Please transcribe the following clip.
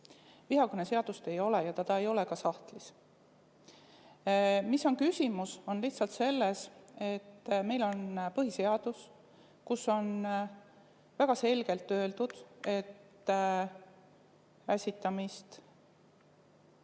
Vihakõne seadust ei ole ja see ei ole ka sahtlis. Küsimus on lihtsalt selles, et meil on põhiseadus, kus on väga selgelt öeldud, et [ei tohi